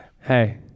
Hey